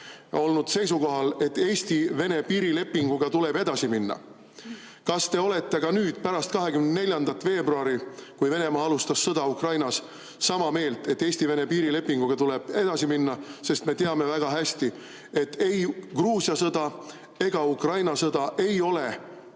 olnud seisukohal, et Eesti-Vene piirilepinguga tuleb edasi minna. Kas te olete ka nüüd, pärast 24. veebruari, kui Venemaa alustas sõda Ukrainas, sama meelt, et Eesti-Vene piirilepinguga tuleb edasi minna? Sest me teame väga hästi, et ei Gruusia sõda ega Ukraina sõda ei ole